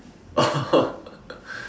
oh